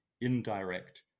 indirect